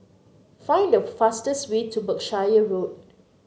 find the fastest way to Berkshire Road